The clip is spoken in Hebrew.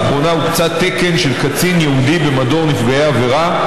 לאחרונה הוקצה תקן של קצין ייעוד במדור נפגעי עבירה,